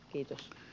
kiitos